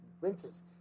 rinses